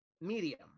medium